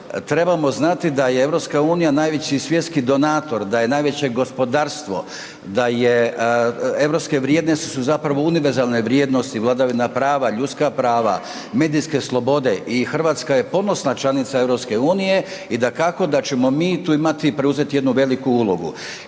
Trebamo znati da je EU najveći svjetski donator, da je najveće gospodarstvo, da europske vrijednosti su zapravo univerzalne vrijednosti, vladavina prava, ljudska prava, medijske slobode i Hrvatska je ponosna članica EU-a i dakako da ćemo mi tu imati i preuzeti jednu veliku ulogu.